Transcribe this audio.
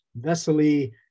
Vesely